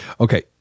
Okay